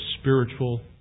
spiritual